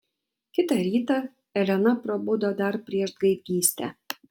kitą rytą elena prabudo dar prieš gaidgystę